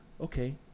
Okay